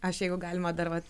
aš jeigu galima dar va